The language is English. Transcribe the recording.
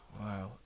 Wow